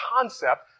concept